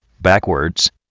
Backwards